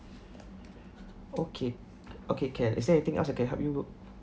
okay okay can is there anything else I can help you